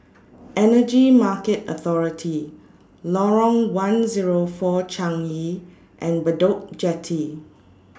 Energy Market Authority Lorong one Zero four Changi and Bedok Jetty